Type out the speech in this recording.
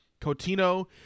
Cotino